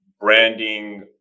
branding